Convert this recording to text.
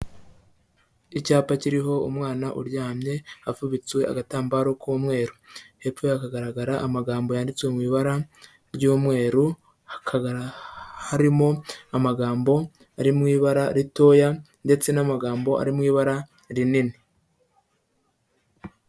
Icyapa kiriho umwana uryamye, afubitswe agatambaro k'umweru, hepfo ye hagaragara amagambo yanditse mu ibara ry'umweru, hakaba harimo amagambo ari mu ibara ritoya ndetse n'amagambo ari mu ibara rinini.